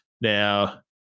Now